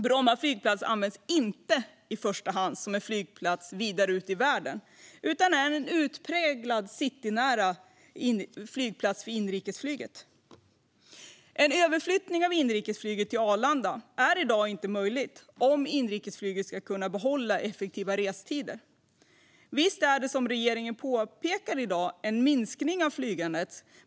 Bromma flygplats används inte i första hand som en flygplats för resor vidare ut i världen utan är en utpräglad citynära flygplats för inrikesflyget. En överflyttning av inrikesflyget till Arlanda är i dag inte möjligt om inrikesflyget ska kunna behålla effektiva restider. Visst har flygandet minskat, som regeringen påpekar.